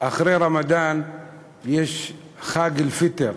אחרי רמדאן יש חג אל-פיטר,